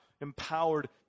empowered